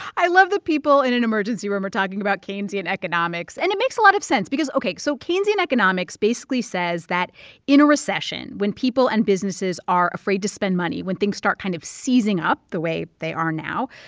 i love that people in an emergency room who are talking about keynesian economics. and it makes a lot of sense because ok, so keynesian economics basically says that in a recession, when people and businesses are afraid to spend money, when things start kind of seizing up the way they are now,